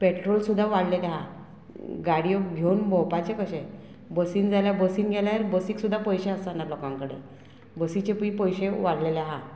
petrol सुद्दां वाडलेले आहा गाडयो घेवन भोंवपाचे कशे बसीन जाल्यार बसीन गेल्यार बसीक सुद्दां पयशे आसना लोकांकडेन बसीचे पळय पयशे वाडलेले आहा